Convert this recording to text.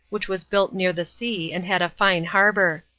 which was built near the sea and had a fine harbour.